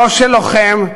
מסעו של לוחם,